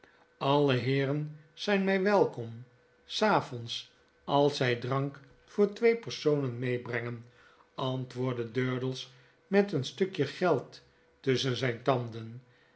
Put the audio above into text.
alle heeren zyn my welkom s avonds als zy drank voor twee personen meebrengen antwoordde durdels met een stukje geldtusschen zyne tanden